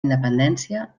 independència